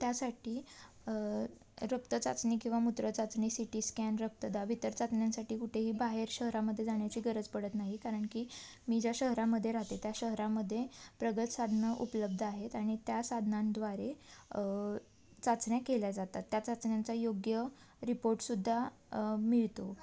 त्यासाठी रक्तचाचणी किंवा मूत्रचाचणी सी टी स्कॅन रक्तदाब इतर चाचण्यांसाठी कुठेही बाहेर शहरामध्ये जाण्याची गरज पडत नाही कारण की मी ज्या शहरामध्ये राहते त्या शहरामध्ये प्रगत साधनं उपलब्ध आहेत आणि त्या साधनांद्वारे चाचण्या केल्या जातात त्या चाचण्यांचा योग्य रिपोर्टसुद्धा मिळतो